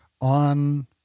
on